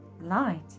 light